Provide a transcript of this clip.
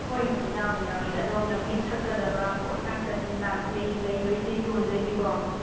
ꯍꯣꯏ ꯍꯣꯏ ꯌꯥꯎꯔꯤ ꯌꯥꯎꯔꯤ ꯑꯗꯣꯝꯅ ꯃꯤꯠ ꯊꯛꯀꯗꯕ ꯄꯣꯠ ꯉꯥꯛꯇꯅꯤ ꯂꯩꯗꯣꯏꯁꯦ ꯌꯣꯟꯗꯣꯏꯁꯦꯀꯣ